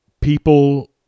People